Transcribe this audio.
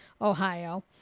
Ohio